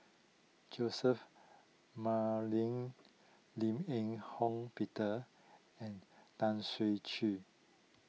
Joseph McNally Lim Eng Hock Peter and Tan Ser Cher